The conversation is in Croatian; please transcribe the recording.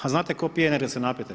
A znate tko pije energetske napitke?